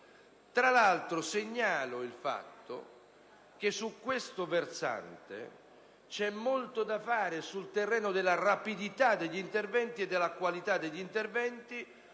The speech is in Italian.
Tra l'altro, segnalo il fatto che su questo versante c'è molto da fare sul terreno della rapidità e della qualità degli interventi,